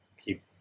keep